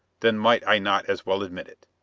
then might i not as well admit it?